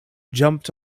jumped